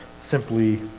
simply